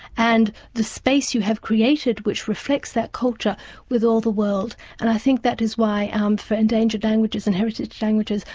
and the space you have created which reflects that culture with all the world. and i think that is why um for endangered languages and heritage languages,